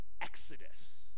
exodus